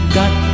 got